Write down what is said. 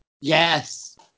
Yes